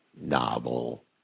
novel